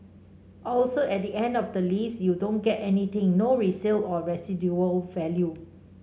also at the end of the lease you don't get anything no resale or residual value